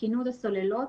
תקינות הסוללות,